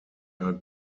are